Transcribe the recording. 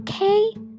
okay